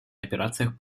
операциях